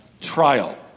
trial